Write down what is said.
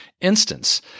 instance